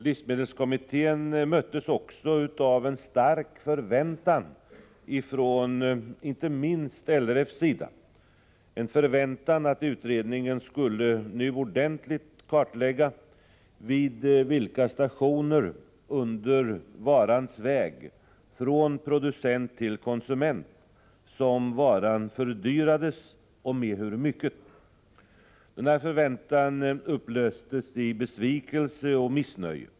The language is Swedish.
Livsmedelskommittén möttes av en stark förväntan från inte minst LRF:s sida — en förväntan att utredningen ordentligt skulle kartlägga vid vilka stationer under varans väg, från producent till konsument, som den fördyrades och med hur mycket. Denna förväntan upplöstes i besvikelse och missnöje.